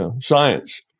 science